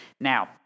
Now